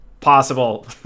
possible